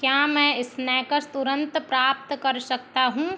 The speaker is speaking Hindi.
क्या मैं स्नैकस तुरंत प्राप्त कर सकता हूँ